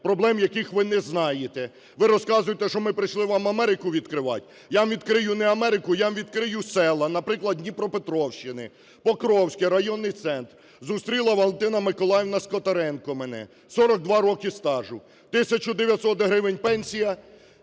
проблем яких ви не знаєте. Ви розказуєте, що ми прийшли вам Америку відкривати. Я вам відкрию не Америку, я вам відкрию села, наприклад Дніпропетровщини. Покровський районний центр. Зустріла Валентина Миколаївна Скотаренко мене, 42 роки стажу: 1 тисяча 900 гривень - пенсія,